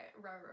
right